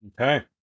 okay